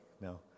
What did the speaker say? no